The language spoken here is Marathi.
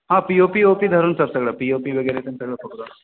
हां P O P O P धरून सर सगळं पी ओ पी वगैरे पण सगळं पकडून